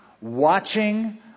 watching